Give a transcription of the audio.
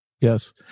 Yes